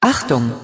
Achtung